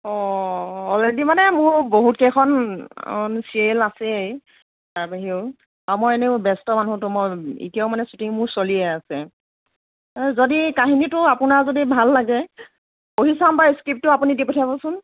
অ already মানে মোৰ বহুত কেইখন অন চিৰিয়েল আছেই তাৰ বাহিৰেও বা মই এনেও ব্যস্ত মানুহতো মই এতিয়াও মানে ছুটিং মোৰ চলিয়েই আছে যদি কাহিনীটো আপোনাৰ যদি ভাল লাগে পঢ়ি চাম বাৰু স্ক্ৰিপ্টটো আপুনি দি পঠিয়াবচোন